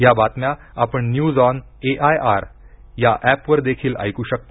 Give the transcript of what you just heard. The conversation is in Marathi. या बातम्या आपण न्यूज ऑन एआयआर ऍपवर देखील ऐकू शकता